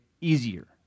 easier